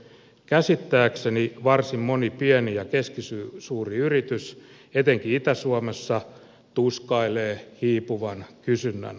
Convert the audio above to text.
käsittääkseni varsin moni pieni ja keskisuuri yritys etenkin itä suomessa tuskailee hiipuvan kysynnän kanssa